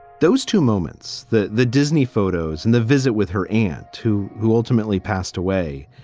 those two moments, the the disney photos and the visit with her and two who ultimately passed away,